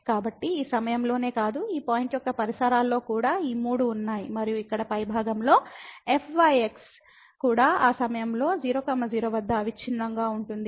కాబట్టి ఈ సమయంలోనే కాదు ఈ పాయింట్ యొక్క పరిసరాల్లో కూడా ఈ మూడు ఉన్నాయి మరియు ఇక్కడ పైభాగంలో fyx కూడా ఆ సమయంలో 0 0 వద్ద అవిచ్ఛిన్నంగా ఉంటుంది